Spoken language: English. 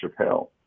Chappelle